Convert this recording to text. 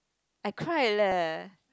I cried leh